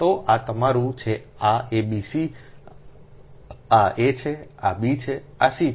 તો આ તમારું છે આ abc છે આ a છે આ b છે આ c છે